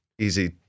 easy